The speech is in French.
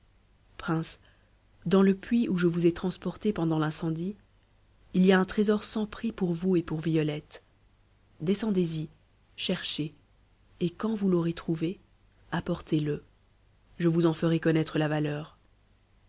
prince dans le puits où je vous ai transporté pendant l'incendie il y a un trésor sans prix pour vous et pour violette descendez y cherchez et quand vous l'aurez trouvé apportez-le je vous en ferai connaître la valeur